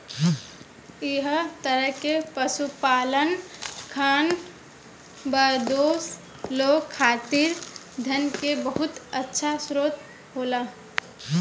एह तरह के पशुपालन खानाबदोश लोग खातिर धन के बहुत अच्छा स्रोत होला